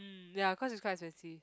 mm ya cause it's quite expensive